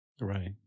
Right